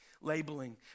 labeling